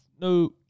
no